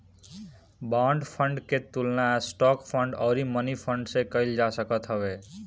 bond fund के तुलना stock fund अउरी मनीफंड से कईल जा सकत हवे